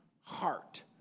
heart